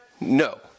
No